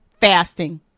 fasting